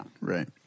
right